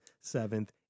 seventh